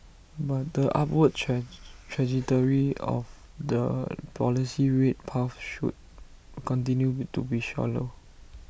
but the upward trajectory of the policy rate path should continue to be shallow